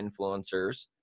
influencers